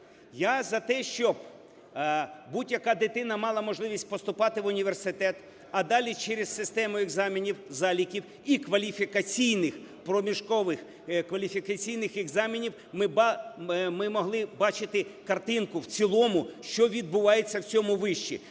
Я за те, щоб будь-яка дитина мала можливість поступати в університет, а далі через систему екзаменів, заліків і кваліфікаційних проміжкових, кваліфікаційних екзаменів ми могли бачити картинку в цілому, що відбувається в цьому вищі,